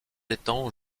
étangs